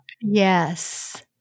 Yes